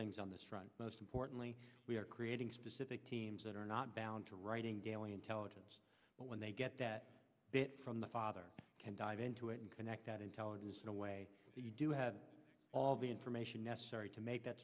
things on this front most importantly we are creating specific teams that are not bound to writing daily intelligence but when they get that from the father can dive into it and connect that intelligence in a way that you do have all the information necessary to make that